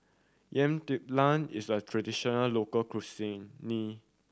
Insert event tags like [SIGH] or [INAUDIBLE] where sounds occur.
Yam Talam is a traditional local cuisine [UNINTELLIGIBLE]